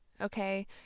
okay